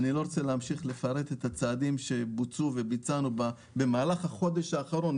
אני לא רוצה להמשיך לפרט את הצעדים שבוצעו וביצענו במהלך החודש האחרון,